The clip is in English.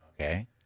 Okay